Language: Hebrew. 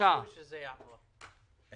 לומר שני דברים.